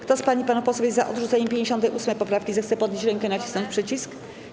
Kto z pań i panów posłów jest za odrzuceniem 58. poprawki, zechce podnieść rękę i nacisnąć przycisk.